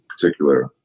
particular